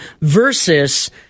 versus